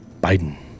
Biden